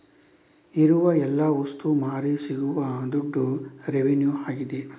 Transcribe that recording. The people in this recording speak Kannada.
ಇರುವ ಎಲ್ಲ ವಸ್ತು ಮಾರಿ ಸಿಗುವ ದುಡ್ಡು ರೆವೆನ್ಯೂ ಆಗಿದೆ